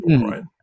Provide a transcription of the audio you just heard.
right